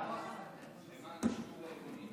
חבר הכנסת עבאס,